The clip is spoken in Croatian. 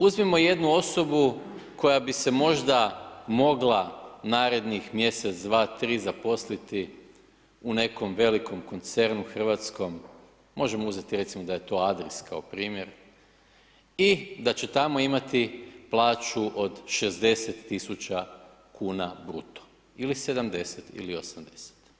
Uzmimo jednu osobu koja bi se možda mogla narednih mjesec, dva, tri zaposliti u nekom velikom koncernu hrvatskom, možemo uzeti recimo da je to Adris npr. i da će tamo imati plaću od 60 tisuća kuna bruto ili 70 ili 80.